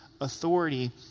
authority